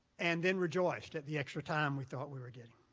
and then rejoiced at the extra time we thought we were getting.